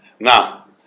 Now